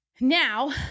Now